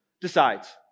decides